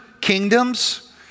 kingdoms